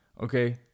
Okay